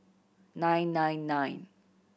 nine nine nine